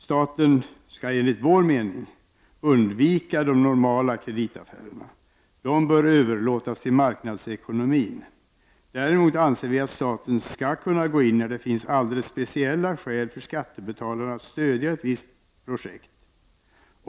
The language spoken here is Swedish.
Staten skall enligt vår mening undvika de normala kreditaffärerna, som bör överlåtas till marknadsekonomin. Däremot anser att vi att staten skall kunna gå in när det finns speciella skäl för skattebetalarna att stödja ett visst projekt.